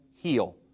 heal